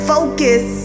Focus